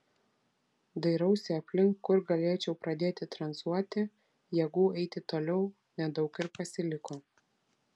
dairausi aplink kur galėčiau pradėti tranzuoti jėgų eiti toliau nedaug ir pasiliko